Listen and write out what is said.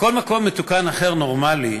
בכל מקום מתוקן אחר, נורמלי,